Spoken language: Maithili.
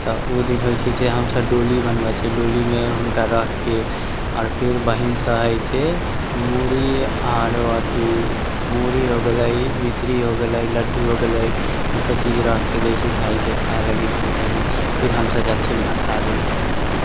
तऽ उ दिन होइ छै जे हम सभ डोली बनबै छियै डोलीमे हुनका रखके आओर फिर बहीन सभ अइसे मुरही आरो अथि मुरही हो गेलै मिश्री हो गेलै लड्डू हो गेलै ई सभ चीज रखके दै छै भायके खाइ लागि खोइँछामे फिर हम सभ जाइ छी भऽसाबै तऽ वहाँ फेर